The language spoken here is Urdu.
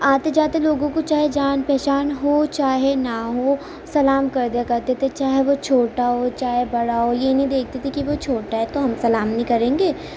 آتے جاتے لوگوں کو چاہے جان پہچان ہو چاہے نہ ہو سلام کر دیا کرتے تھے چاہے وہ چھوٹا ہو چاہے بڑا ہو یہ نہیں دیکھتے تھے کہ وہ چھوٹا ہے تو ہم سلام نہیں کریں گے